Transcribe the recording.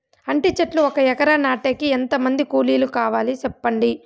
అంటి చెట్లు ఒక ఎకరా నాటేకి ఎంత మంది కూలీలు కావాలి? సెప్పండి?